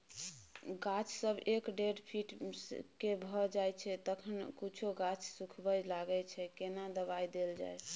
गाछ जब एक डेढ फीट के भ जायछै तखन कुछो गाछ सुखबय लागय छै केना दबाय देल जाय?